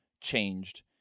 changed